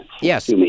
Yes